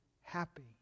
happy